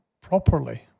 properly